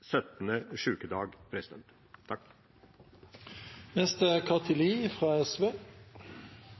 17. sjukedag.